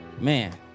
man